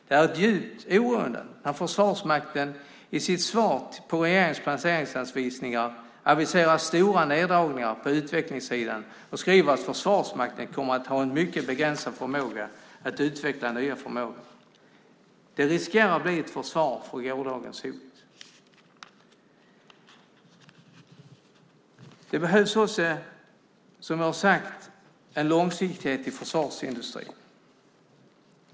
Det är djupt oroande när Försvarsmakten i sitt svar på regeringens planeringsanvisningar aviserar stora neddragningar på utvecklingssidan och skriver att Försvarsmakten kommer att ha en mycket begränsad förmåga att utveckla nya förmågor. Det riskerar att bli ett försvar för gårdagens hot. Det behövs också, som jag har sagt, en långsiktighet i försvarsindustrin.